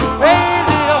crazy